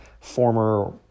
former